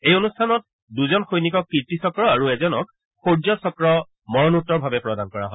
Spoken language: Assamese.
এই অনুষ্ঠানত দুজন সৈনিকক কীৰ্তি চক্ৰ আৰু এজনক সৌৰ্য চক্ৰ মৰণোত্তৰভাৱে প্ৰদান কৰা হয়